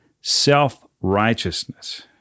self-righteousness